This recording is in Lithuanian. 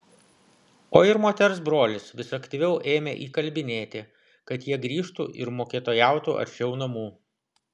o ir moters brolis vis aktyviau ėmė įkalbinėti kad jie grįžtų ir mokytojautų arčiau namų